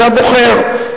זה הבוחר.